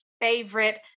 favorite